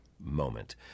moment